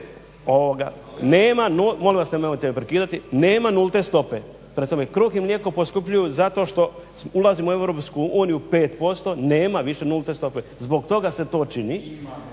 Molim vas nemojte me prekidati. Nema nulte stope. Prema tome kruh i mlijeko poskupljuju zato što ulazimo u EU 5%, nema više nulte stope. Zbog toga se to čini